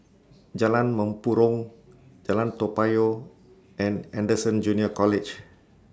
Jalan Mempurong Jalan Toa Payoh and Anderson Junior College